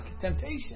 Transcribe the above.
temptation